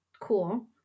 cool